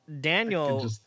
Daniel